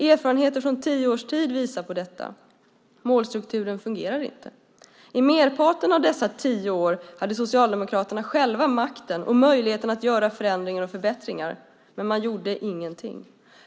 Erfarenheter från tio års tid visar detta - målstrukturen fungerar inte. Under merparten av dessa tio år hade Socialdemokraterna själva makten och möjligheten att göra förändringar och förbättringar. Men man gjorde ingenting.